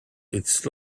its